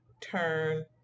turn